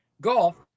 golf